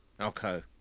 okay